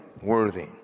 worthy